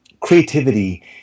Creativity